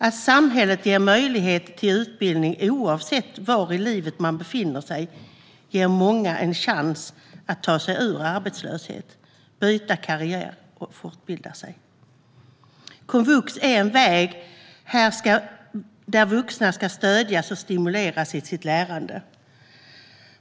Att samhället ger möjlighet till utbildning oavsett var i livet man befinner sig ger många en chans att ta sig ur arbetslöshet, byta karriär eller fortbilda sig. Komvux är en väg där vuxna ska stödjas och stimuleras i sitt lärande.